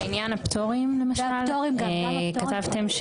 לעניין הפטורים, למשל, כתוב לי: